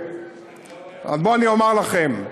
בואו, אני אומר לכם,